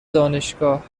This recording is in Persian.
دانشگاه